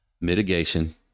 mitigation